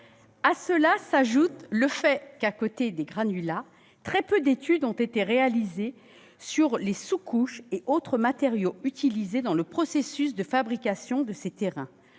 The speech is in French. À cela s'ajoute le fait que, à côté des granulats, très peu d'études ont été réalisées sur les sous-couches et autres matériaux utilisés dans le processus de fabrication de ces terrains,